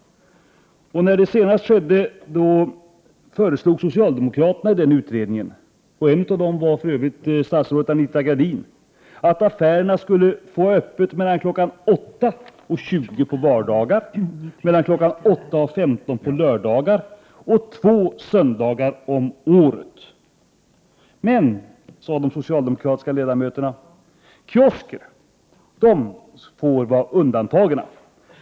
När det senast skedde föreslog socialdemokraterna i den utredningen — en av dem var för övrigt statsrådet Anita Gradin — att affärerna skulle få ha öppet mellan klockan 8 och 20 på vardagar, mellan klockan 8 och 15 på lördagar och två söndagar om året. Men, sade de socialdemokratiska ledamöterna, kiosker får vara undantagna.